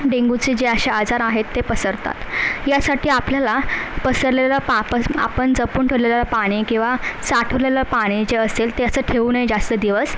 डेंग्यूचे जे असे आजार आहे ते पसरतात यासाठी आपल्याला पसरलेला पापस आपण जपून ठेवलेलं पाणी किंवा साठवलेलं पाणी जे असेल ते असं ठेवू नये जास्त दिवस